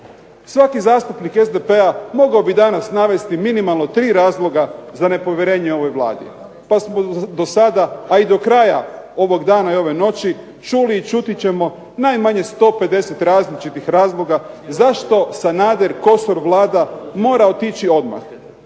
Svaki zastupnik SDP-a mogao bi danas navesti minimalno 3 razloga za nepovjerenje ovoj Vladi. Pa smo dosada, a i dokraja ovog dana i ove noći čuli i čuti ćemo najmanje 150 različitih razloga zašto Sanader-Kosor Vlada mora otići odmah.